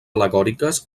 al·legòriques